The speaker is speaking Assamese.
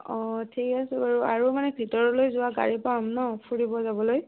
অঁ ঠিক আছে বাৰু আৰু মানে ভিতৰলৈ যোৱা গাড়ী পাম ন ফুৰিব যাবলৈ